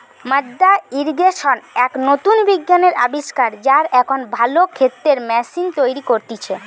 মাদ্দা ইর্রিগেশন এক নতুন বিজ্ঞানের আবিষ্কার, যারা এখন ভালো ক্ষেতের ম্যাশিন তৈরী করতিছে